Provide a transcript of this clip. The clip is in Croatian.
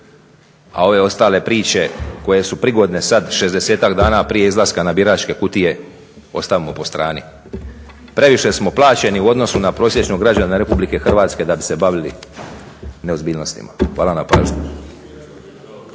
a ove ostale priče koje su prigodne sad 60-tak dana prije izlaska na biračke kutije ostavimo po strani. Previše smo plaćeni u odnosu na prosječnog građanina Republike Hrvatske da bi se bavili neozbiljnostima. Hvala na pažnji.